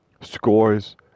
scores